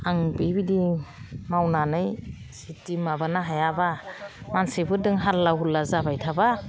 आं बेबायदि मावनानै जुदि माबानो हायाबा मानसिफोरजों हाल्ला हुरला जाबाय थाबा